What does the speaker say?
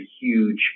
huge